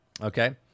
Okay